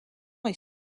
est